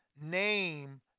name